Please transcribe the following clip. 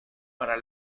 para